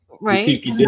right